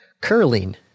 curling